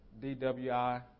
DWI